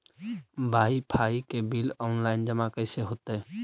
Wifi के bill online जमा कैसे होतै?